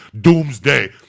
Doomsday